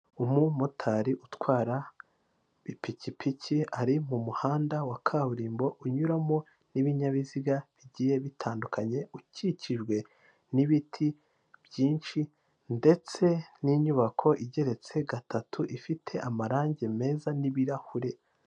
Umumotari utwara ipikipiki ari mu muhanda wa kaburimbo unyuramo n'ibinyabiziga bigiye bitandukanye, ukikijwe n'ibiti byinshi ndetse n'inyubako igeretse gatatu ifite amarangi meza n'ibirahuri.